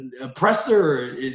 oppressor